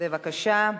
בבקשה.